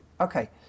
Okay